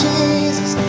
Jesus